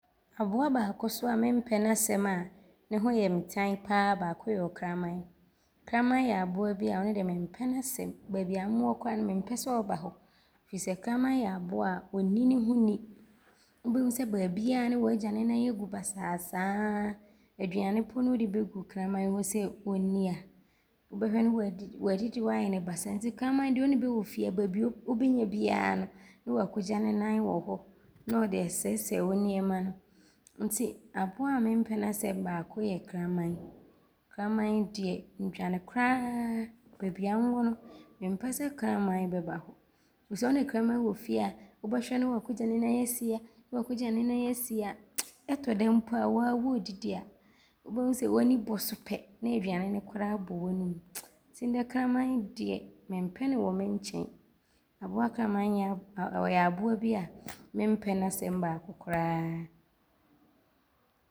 Aboa baako so a mempɛ n’asɛm a ne ho yɛ ntan baako so ne kramane. Kramane yɛ aboa bi a ɔno deɛ mempɛ n’asɛm. Baabi a nwɔ koraa mempɛ sɛ ɔba hɔ firi sɛ kraman yɛ aboa a ɔnni ne ho ni. Wobɛhu sɛ baabiaa ne waagya ne nane agu basaa saa. Aduane po ne wode bɛgu kramane hɔ sɛ ɔnni a, wobɛhwɛ ne waadidi hɔ ayɛ ne basaa. Kramane deɛ, wo ne bɛ wɔ fie a, baabi a ɔbɛnya biaa no wakɔgya ne nane wɔ hɔ ne ɔde asɛesɛe wo nnoɔma nti aboa a mempɛ n’asɛm baako yɛ kramane. Kramane deɛ, ndwa no koraa. Baabi a nwɔ no, mempɛ sɛ kramane bɛba hɔ firi sɛ wo ne kramane wɔ fie a, wobɛhwɛ ne waagya ne nane asi ha, ɔtɔ da mpo a, wo a wɔɔdidi a wobɛhu sɛ w’ani bɔ so pɛ ne aduane no koraa abɔ w’anom nti ndɛ kramane deɛ. mempɛ ne wɔ me nkyɛn. Aboa kramane yɛ aboa bi a mempɛ n’asɛm baako koraa.